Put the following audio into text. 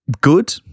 good